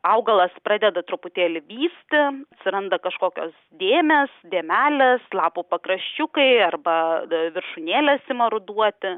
augalas pradeda truputėlį vysti atsiranda kažkokios dėmės dėmelės lapų pakraščiukai arba viršūnėlės ima ruduoti